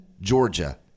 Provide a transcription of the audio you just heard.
Georgia